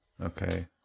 Okay